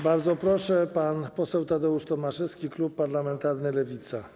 Bardzo proszę, pan poseł Tadeusz Tomaszewski, klub parlamentarny Lewica.